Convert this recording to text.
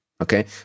okay